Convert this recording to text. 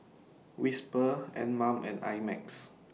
Whisper Anmum and I Max